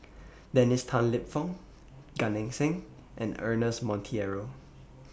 Dennis Tan Lip Fong Gan Eng Seng and Ernest Monteiro